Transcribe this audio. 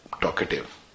talkative